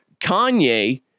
Kanye